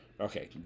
Okay